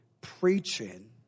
preaching